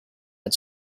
had